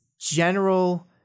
general